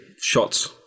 shots